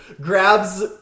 grabs